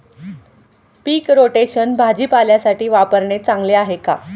पीक rotation भाजीपाल्यासाठी वापरणे चांगले आहे का?